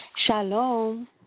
Shalom